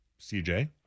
CJ